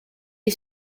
est